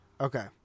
okay